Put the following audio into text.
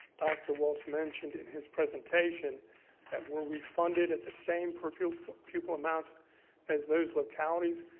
dr. walts mentioned in his presentation that were we funded at the same per pupil pupil amounts as those localities,